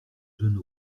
jeunes